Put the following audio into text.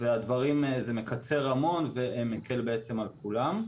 וזה מקצר המון ומקל על כולם.